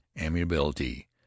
amiability